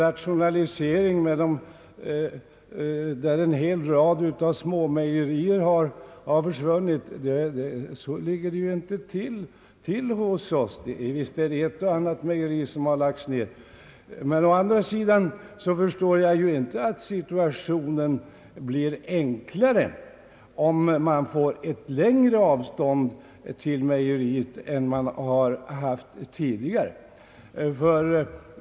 Visserligen har ett och annat mejeri lagts ner, men det är inte en hel rad småmejerier som försvunnit. Å andra sidan förstår jag inte att situationen skulle bli enklare om man får ett längre avstånd till mejeriet än man har haft tidigare.